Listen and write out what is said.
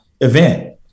event